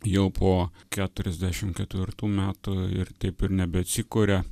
jau po keturiasdešim ketvirtų metų ir taip ir nebeatsikuria